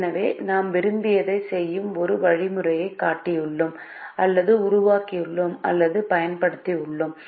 எனவேநாம் விரும்பியதைச் செய்யும் ஒரு வழிமுறையைக் காட்டியுள்ளோம் அல்லது உருவாக்கியுள்ளோம் அல்லது பயன்படுத்தினோம்